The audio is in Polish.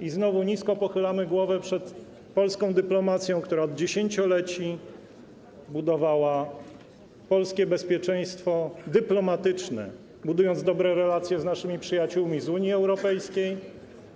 I znowu nisko pochylamy głowę przed polską dyplomacją, która od dziesięcioleci budowała polskie bezpieczeństwo dyplomatyczne, budując dobre relacje z naszymi przyjaciółmi z Unii Europejskiej